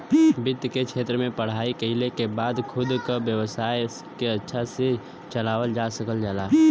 वित्त के क्षेत्र में पढ़ाई कइले के बाद खुद क व्यवसाय के अच्छा से चलावल जा सकल जाला